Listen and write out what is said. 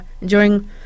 enjoying